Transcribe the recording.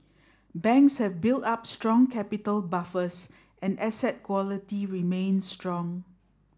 banks have built up strong capital buffers and asset quality remains strong